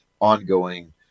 ongoing